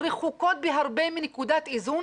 רחוקות בהרבה מנקודת האיזון